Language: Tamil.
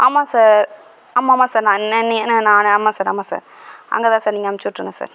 ஆமாம் சார் ஆமாம் ஆமாம் சார் நான் ஆமாம் சார் ஆமாம் சார் அங்கேதான் சார் நீங்கள் அனுப்புச்சுவிட்ருங்க சார்